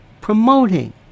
promoting